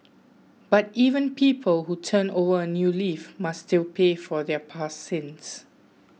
but even people who turn over a new leaf must still pay for their past sins